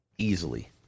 easily